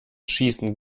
schießen